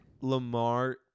Lamar